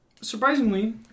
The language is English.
surprisingly